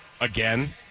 again